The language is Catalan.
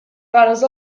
rares